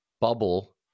bubble